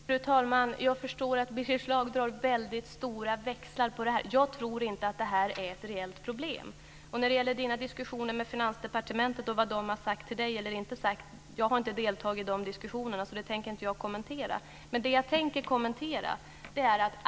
Fru talman! Birger Schlaug drar väldigt stora växlar på det här. Jag tror inte att det är ett reellt problem. När det gäller Birger Schlaugs diskussioner med Finansdepartementet och vad de har sagt till honom, har jag inte deltagit i de diskussionerna och tänker inte kommentera dem. Jag tänker kommentera en annan sak.